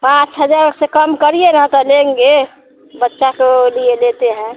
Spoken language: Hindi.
पाँच हज़ार से कम करिए न तो लेंगे बच्चा को लिए लेते हैं